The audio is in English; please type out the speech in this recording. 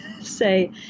say